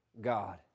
God